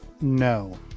No